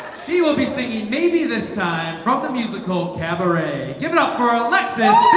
she will be singing maybe this time from the musical cabaret. give it up for ah alexis